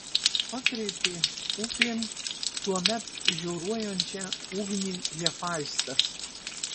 pakreipė upėn tuomet žioruojančią ugnį hefaistas